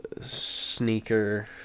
sneaker